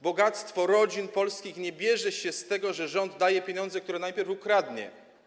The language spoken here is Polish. Bogactwo rodzin polskich nie bierze się z tego, że rząd daje pieniądze, które najpierw ukradnie.